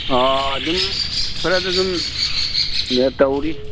ꯑꯗꯨꯝ ꯈꯔꯁꯨ ꯑꯗꯨꯝ ꯇꯧꯔꯤ